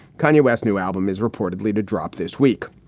kanye west new album is reportedly to drop this week.